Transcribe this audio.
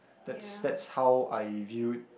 that's that's how I view